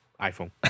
iPhone